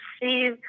see